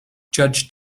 judge